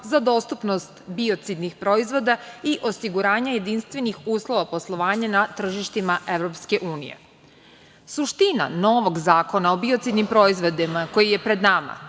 za dostupnost biocidnih proizvoda i osiguranje jedinstvenih uslova poslovanja na tržištima EU.Suština novog Zakona o biocidnim proizvodima, koji je pred nama,